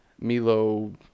Milo